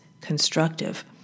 constructive